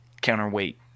counterweight